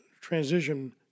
transition